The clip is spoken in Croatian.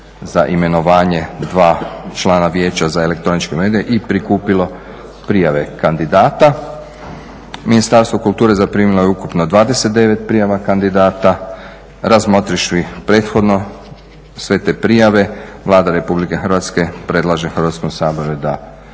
za imenovanje dva člana Vijeća za elektroničke medije i prikupilo prijave kandidata. Ministarstvo kulture zaprimilo je ukupno 29 prijava kandidata razmotrivši prethodno sve te prijave Vlada RH predlaže Hrvatskom saboru da